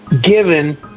given